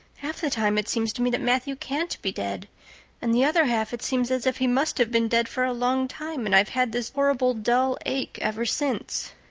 half the time it seems to me that matthew can't be dead and the other half it seems as if he must have been dead for a long time and i've had this horrible dull ache ever since.